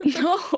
No